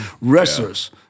wrestlers